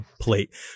plate